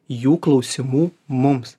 jų klausimų mums